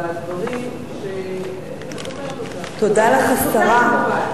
ובדברים שאת אומרת, תודה לך, השרה.